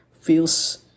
feels